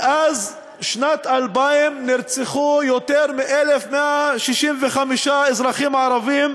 מאז שנת 2000 נרצחו יותר מ-1,165 אזרחים ערבים,